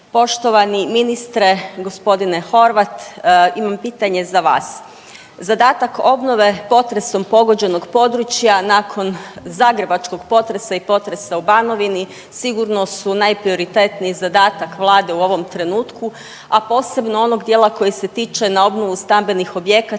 Poštovani gospodine Horvat imam pitanje za vas. Zadatak obnove potresom pogođenog područja nakon zagrebačkog potresa i potresa u Banovini sigurno su najprioritetniji zadatak Vlade u ovom trenutku, a posebno onog dijela koji se tiče na obnovu stambenih objekata